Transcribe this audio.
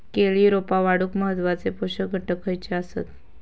केळी रोपा वाढूक महत्वाचे पोषक घटक खयचे आसत?